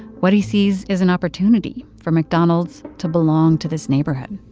what he sees is an opportunity for mcdonald's to belong to this neighborhood.